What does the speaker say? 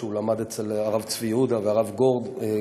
כשהוא למד אצל הרב צבי יהודה והרב גורן,